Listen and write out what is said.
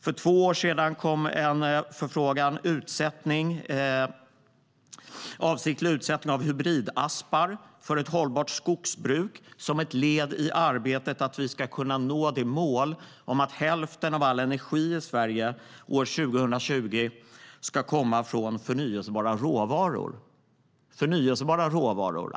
För två år sedan kom en förfrågan som gällde avsiktlig utsättning av hybridaspar för ett hållbart skogsbruk, som ett led i arbetet för att nå målet att hälften av all energi i Sverige år 2020 ska komma från förnybara råvaror.